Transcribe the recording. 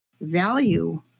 value